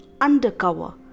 undercover